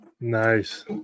Nice